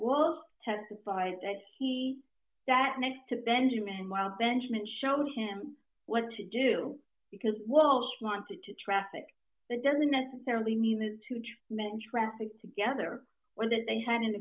will testified that he sat next to benjamin while benjamin showed him what to do because well she wanted to traffic that doesn't necessarily mean to two men traffic together or that they had an